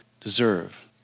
deserve